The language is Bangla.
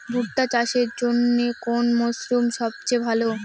ভুট্টা চাষের জন্যে কোন মরশুম সবচেয়ে ভালো?